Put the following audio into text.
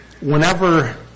whenever